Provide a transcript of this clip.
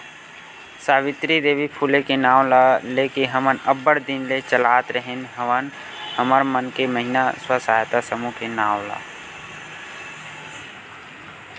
सावित्री देवी फूले के नांव ल लेके हमन अब्बड़ दिन ले चलात रेहे हवन हमर मन के महिना स्व सहायता समूह के नांव ला